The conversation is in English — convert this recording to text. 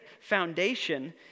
foundation